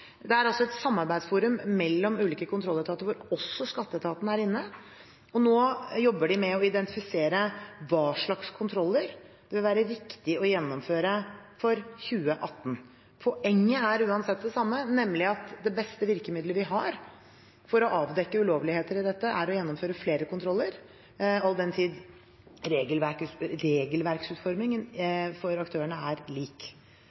Det er altså et samarbeidsforum mellom ulike kontrolletater hvor også Skatteetaten er inne, og nå jobber de med å identifisere hva slags kontroller det vil være viktig å gjennomføre i 2018. Poenget er uansett det samme, nemlig at det beste virkemiddelet vi har for å avdekke ulovligheter i dette, er å gjennomføre flere kontroller – all den tid regelverksutformingen for aktørene er lik.